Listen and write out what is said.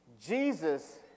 Jesus